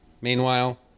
Meanwhile